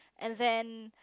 and then